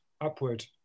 upward